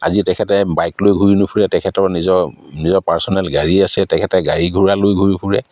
আজি তেখেতে বাইক লৈ ঘূৰি নুফুৰে তেখেতৰ নিজৰ নিজৰ পাৰ্চনেল গাড়ী আছে তেখেতে গাড়ী ঘোঁৰা লৈ ঘূৰি ফুৰে